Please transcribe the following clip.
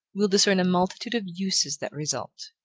will discern a multitude of uses that result.